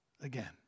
again